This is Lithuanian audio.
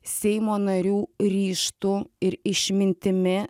seimo narių ryžtu ir išmintimi